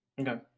Okay